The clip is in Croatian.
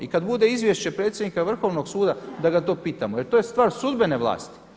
I kada bude izvješće predsjednika Vrhovnog suda da ga to pitamo jer to je stvar sudbene vlasti.